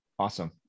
Awesome